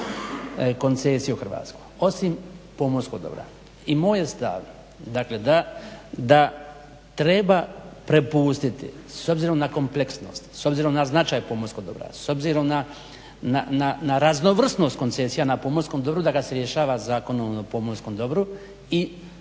koncesije u Hrvatskoj osim pomorskog dobra. I moj je stav dakle, da treba prepustiti s obzirom na kompleksnost, s obzirom na značaj pomorskog dobra, s obzirom na raznovrsnost koncesija na pomorskom dobru da ga se rješava Zakonom o pomorskom dobru i